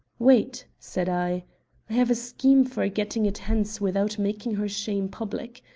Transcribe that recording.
wait, said i i have a scheme for getting it hence without making her shame public.